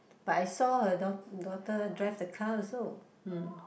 but I saw her daugh~ daughter drive the car also hmm